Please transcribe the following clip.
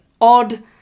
odd